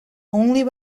only